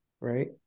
right